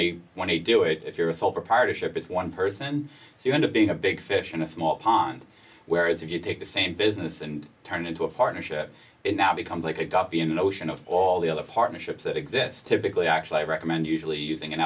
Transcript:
they want to do it if you're a sole proprietorship it's one person so you end up being a big fish in a small pond whereas if you take the same business and turn into a partnership it now becomes like a copy in an ocean of all the other partnerships that exist typically actually recommend usually using